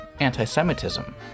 anti-semitism